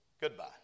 Goodbye